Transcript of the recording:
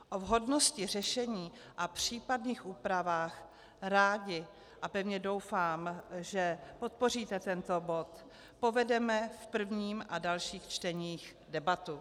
O vhodnosti řešení a případných úpravách rádi, a pevně doufám, že podpoříte tento bod, povedeme v prvním a dalších čteních debaty.